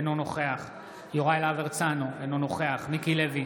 אינו נוכח יוראי להב הרצנו, אינו נוכח מיקי לוי,